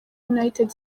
united